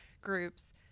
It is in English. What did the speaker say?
groups